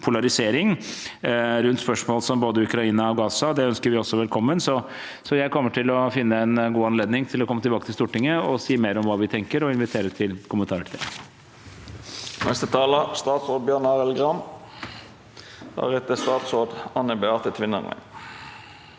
polarisering rundt spørsmål om både Ukraina og Gaza. Det ønsker vi også velkommen, så jeg kommer til å finne en god anledning til å komme tilbake til Stortinget og si mer om hva vi tenker – og inviterer til kommentarer til det. Statsråd Bjørn Arild Gram Jeg tegnet